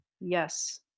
Yes